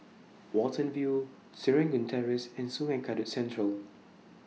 Watten View Serangoon Terrace and Sungei Kadut Central